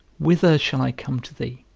whither shall i come to thee?